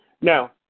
Now